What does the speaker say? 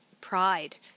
pride